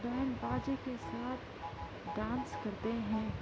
band باجے کے ساتھ ڈانس کرتے ہیں